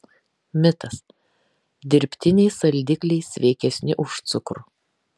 mitas dirbtiniai saldikliai sveikesni už cukrų